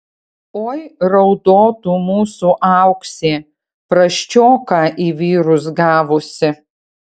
oi raudotų mūsų auksė prasčioką į vyrus gavusi